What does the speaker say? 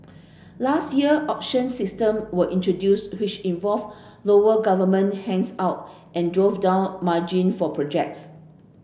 last year auction system were introduced which involved lower government handout and drove down margin for projects